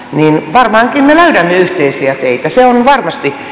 varmaankin me löydämme yhteisiä teitä se on varmasti niin